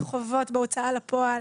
בחובות בהוצאה לפועל,